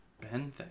Ben